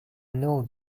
know